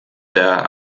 der